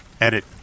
Edit